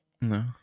No